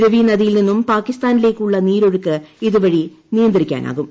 രവി നദിയിൽ നിന്നും പാകിന്യ്മാനീലേയ്ക്കുള്ള നീരൊഴുക്ക് ഇതുവഴി നിയന്ത്രിക്കാനാവും